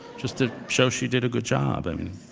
just to show she did a good job. i mean